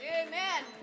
amen